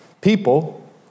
people